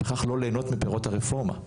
וכך לא להנות מפירות הרפורמה?